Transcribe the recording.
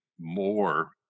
more